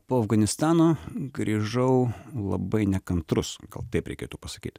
po afganistano grįžau labai nekantrus gal taip reikėtų pasakyt